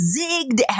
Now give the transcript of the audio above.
zigged